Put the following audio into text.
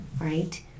right